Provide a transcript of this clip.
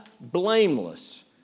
blameless